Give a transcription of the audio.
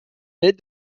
mid